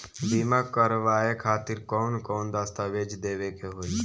बीमा करवाए खातिर कौन कौन दस्तावेज़ देवे के होई?